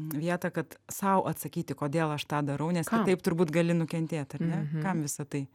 vietą kad sau atsakyti kodėl aš tą darau nes kitaip turbūt gali nukentėt ar ne kam visa tai